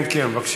בבקשה.